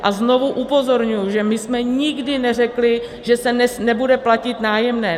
A znovu upozorňuji, že my jsme nikdy neřekli, že se nebude platit nájemné.